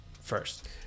first